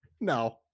No